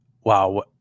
wow